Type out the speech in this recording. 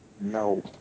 no